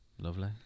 lovely